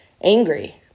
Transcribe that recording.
angry